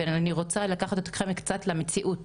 אבל אני רוצה לקחת אתכם קצת למציאות.